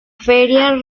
feria